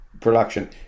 production